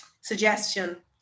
suggestion